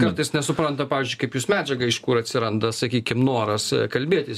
kartais nesupranta pavyzdžiui kaip jūs medžiagą iš kur atsiranda sakykim noras kalbėtis